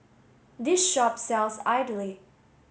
this shop sells idly